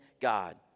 God